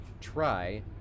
try